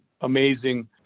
amazing